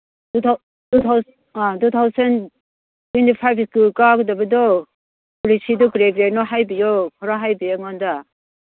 ꯑꯥ two thousand twenty ꯐꯥꯏꯚꯀꯤ school ꯀꯥꯒꯗꯕꯗꯣ ꯄꯣꯂꯤꯁꯤꯗꯨ ꯀꯔꯤ ꯀꯔꯤꯅꯣ ꯍꯥꯏꯕꯤꯌꯣ ꯈꯔ ꯍꯥꯏꯕꯤꯌꯨ ꯑꯩꯉꯣꯟꯗ